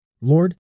Lord